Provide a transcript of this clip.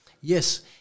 yes